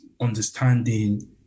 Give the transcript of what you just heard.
understanding